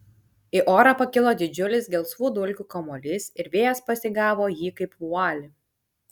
į orą pakilo didžiulis gelsvų dulkių kamuolys ir vėjas pasigavo jį kaip vualį